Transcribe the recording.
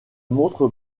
montre